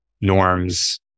norms